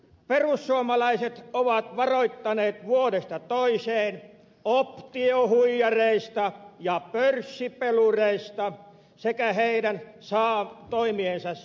perussuomalaiset ovat varoittaneet vuodesta toiseen optiohuijareista ja pörssipelureista sekä heidän toimiensa seurauksista